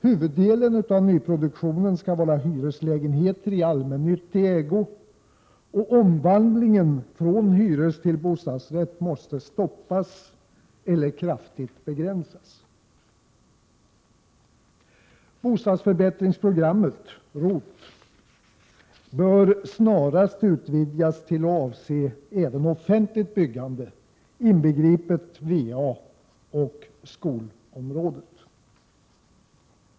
Huvuddelen av nyproduktionen skall vara hyreslägenheter i allmännyttig ägo, och omvandlingen från hyrestill bostadsrätt måste stoppas eller kraftigt begränsas. Bostadsförbättringsprogrammet, ROT, bör snarast utvidgas till att avse även offentligt byggande, inbegripet VA och skolområdet.